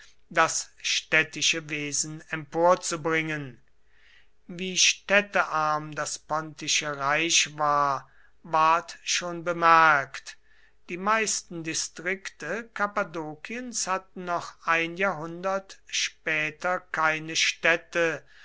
das städtische wesen emporzubringen wie städtearm das pontische reich war ward schon bemerkt die meisten distrikte kappadokiens hatten noch ein jahrhundert später keine städte